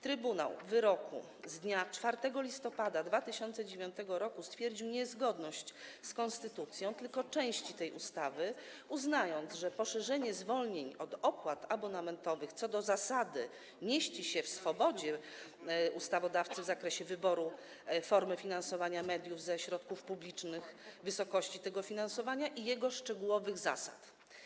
Trybunał w wyroku z dnia 4 listopada 2009 r. stwierdził niezgodność z konstytucją tylko części ustawy, uznając, że poszerzenie zwolnień od opłat abonamentowych co do zasady mieści się w swobodzie ustawodawcy w zakresie wyboru formy finansowania mediów ze środków publicznych, wysokości tego finansowania i jego szczegółowych zasad.